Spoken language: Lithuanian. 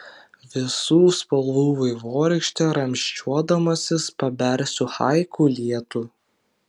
visų spalvų vaivorykšte ramsčiuodamasis pabersiu haiku lietų